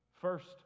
First